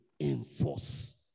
enforce